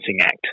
Act